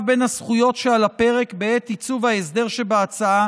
ביו הזכויות שעל הפרק בעת עיצוב ההסדר שבהצעה,